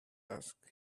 asked